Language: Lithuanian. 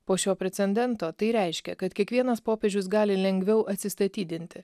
po šio precendento tai reiškia kad kiekvienas popiežius gali lengviau atsistatydinti